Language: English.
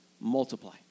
multiply